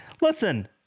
Listen